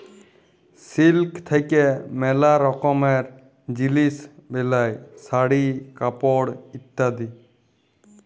silk থাক্যে ম্যালা রকমের জিলিস বেলায় শাড়ি, কাপড় ইত্যাদি